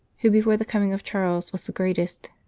who before the coming of charles was the greatest.